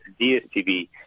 DSTV